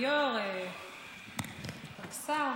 כבוד היו"ר, כבוד השר,